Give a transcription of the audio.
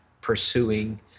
pursuing